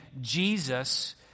Jesus